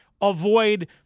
avoid